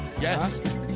Yes